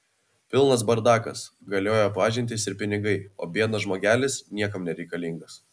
pilnas bardakas galioja pažintys ir pinigai o biednas žmogelis niekam nereikalingas